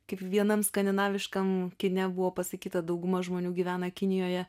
kaip vienam skandinaviškam kine buvo pasakyta dauguma žmonių gyvena kinijoje